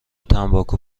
تنباکو